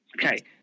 Okay